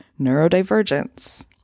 neurodivergence